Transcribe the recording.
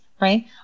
right